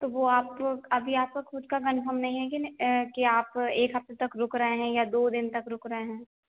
तो वह आपको अभी आपका ख़ुद का कंफ़म नहीं है कि कि आप एक हफ़्ते तक रुक रहे हैं या दो दिन तक रुक रहे हैं